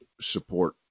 support